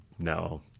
no